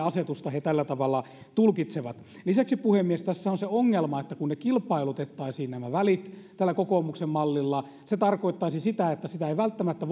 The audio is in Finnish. asetusta he tällä tavalla tulkitsevat lisäksi puhemies tässä on se ongelma että kun kilpailutettaisiin nämä välit tällä kokoomuksen mallilla se tarkoittaisi sitä että sitä ei välttämättä